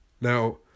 Now